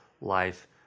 life